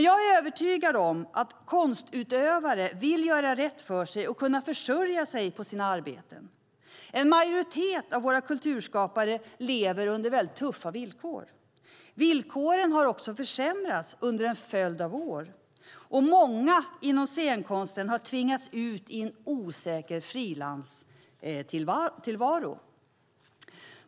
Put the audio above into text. Jag är övertygad om att konstutövare vill göra rätt för sig och kunna försörja sig på sina arbeten. En majoritet av våra kulturskapare lever under väldigt tuffa villkor. Villkoren har också försämrats under en följd av år. Många inom scenkonsten har tvingats ut i en osäker frilanstillvaro.